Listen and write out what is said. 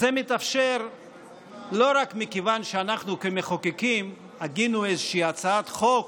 זה מתאפשר לא רק מכיוון שאנחנו כמחוקקים הגינו איזה הצעת חוק